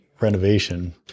renovation